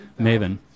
maven